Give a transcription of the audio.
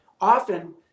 often